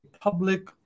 public